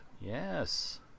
Yes